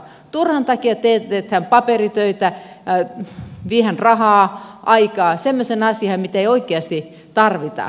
turhan takia teetätetään paperitöitä viedään rahaa aikaa semmoiseen asiaan mitä ei oikeasti tarvita